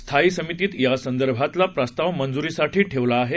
स्थायी समितीत यासंदर्भातला प्रस्ताव मंजुरीसाठी ठेवला आहे